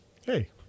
Hey